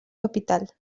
capital